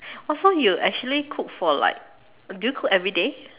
oh so you actually cook for like do you cook everyday